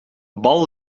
bal